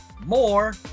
More